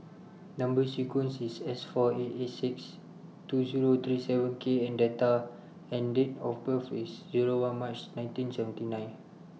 Number sequence IS S four eight six two Zero three seven K and Data and Date of birth IS Zero one March nineteen seventy nine